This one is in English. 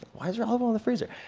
why is your olive oil in the freezer?